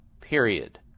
period